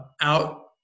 out